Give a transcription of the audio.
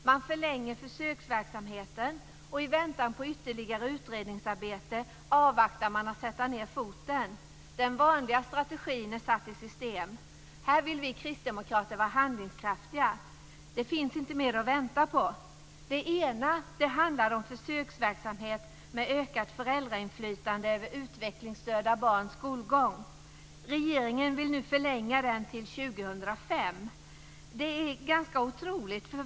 Man förlänger försöksverksamheten, och i väntan på ytterligare utredningsarbete avvaktar man att sätta ned foten. Den vanliga strategin är satt i system. Här vill vi kristdemokrater vara handlingskraftiga. Det finns inte mer att vänta på. Det ena handlar om försöksverksamhet med ökat föräldrainflytande över utvecklingsstörda barns skolgång. Regeringen vill nu förlänga den till 2005. Det är ganska otroligt.